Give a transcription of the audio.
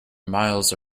miles